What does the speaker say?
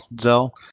Zell